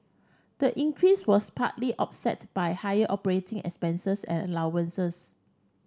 the increase was partly offset by higher operating expenses and allowances